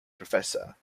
professor